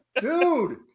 Dude